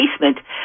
basement